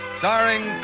starring